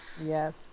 Yes